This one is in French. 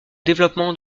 développement